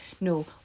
No